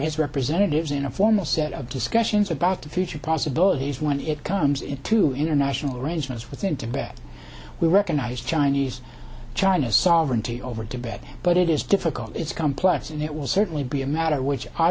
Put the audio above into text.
his representatives in a formal set of discussions about the future possibilities when it comes into international arrangements with them to bed we recognize chinese china sovereignty over tibet but it is difficult it's complex and it will certainly be a matter which i